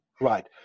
right